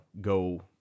go